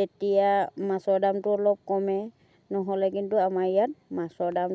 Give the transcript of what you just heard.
তেতিয়া মাছৰ দামটো অলপ কমে নহ'লে কিন্তু আমাৰ ইয়াত মাছৰ দাম